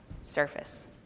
surface